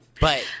But-